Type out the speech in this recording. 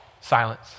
silence